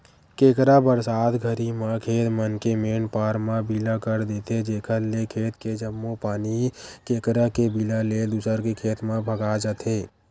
केंकरा बरसात घरी म खेत मन के मेंड पार म बिला कर देथे जेकर ले खेत के जम्मो पानी केंकरा के बिला ले दूसर के खेत म भगा जथे